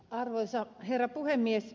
arvoisa herra puhemies